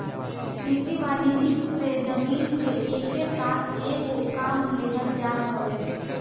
कृषि वानिकी से जमीन से एके साथ कएगो काम लेहल जात हवे